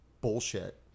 bullshit